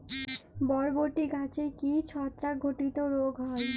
বরবটি গাছে কি ছত্রাক ঘটিত রোগ হয়?